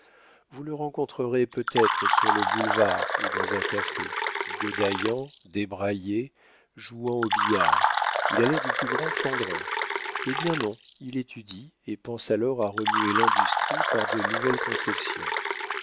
vous le rencontrerez peut-être sur le boulevard ou dans un café godaillant débraillé jouant au billard il a l'air du plus grand flandrin eh bien non il étudie et pense alors à remuer l'industrie par de nouvelles conceptions